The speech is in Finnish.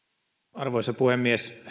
arvoisa puhemies